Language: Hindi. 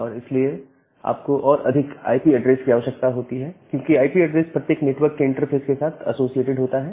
और इसलिए आप को और अधिक आईपी ऐड्रेस की आवश्यकता होती है क्योंकि आईपी ऐड्रेस प्रत्येक नेटवर्क के इंटरफेस के साथ एसोसिएटेड होता है